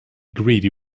greedy